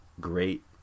great